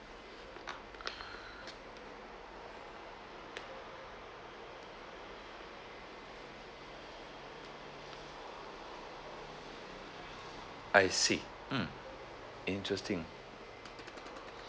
I see mm interesting